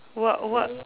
what what